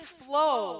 flow